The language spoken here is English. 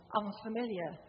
unfamiliar